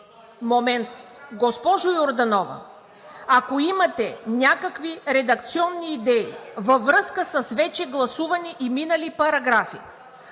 момент. Госпожо Йорданова, ако имате някакви редакционни идеи във връзка с вече гласувани и минали параграфи,